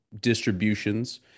distributions